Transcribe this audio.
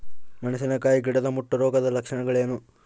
ಮೆಣಸಿನಕಾಯಿ ಗಿಡದ ಮುಟ್ಟು ರೋಗದ ಲಕ್ಷಣಗಳೇನು?